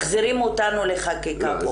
מחזירים אותנו לחקיקה פה,